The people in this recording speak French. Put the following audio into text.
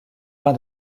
pas